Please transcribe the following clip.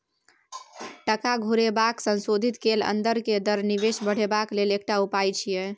टका घुरेबाक संशोधित कैल अंदर के दर निवेश बढ़ेबाक लेल एकटा उपाय छिएय